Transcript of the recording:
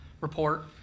report